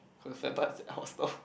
concept but it's out of stock